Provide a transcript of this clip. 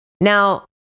Now